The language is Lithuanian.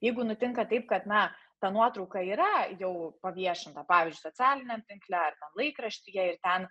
jeigu nutinka taip kad na ta nuotrauka yra jau paviešinta pavyzdžiui socialiniam tinkle arba laikraštyje ir ten